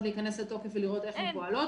להיכנס לתוקף ולראות איך הן פועלות.